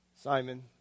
Simon